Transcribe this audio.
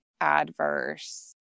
adverse